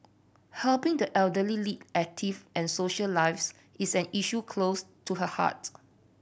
helping the elderly lead active and social lives is an issue close to her heart